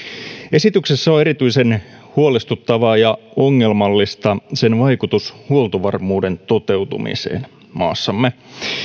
esityksessä on erityisen huolestuttavaa ja ongelmallista sen vaikutus huoltovarmuuden toteutumiseen maassamme